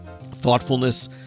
thoughtfulness